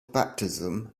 baptism